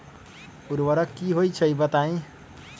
उर्वरक की होई छई बताई?